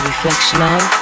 Reflection